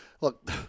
look